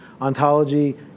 Ontology